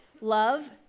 love